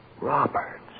Roberts